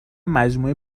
مجموعه